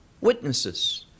witnesses